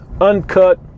Uncut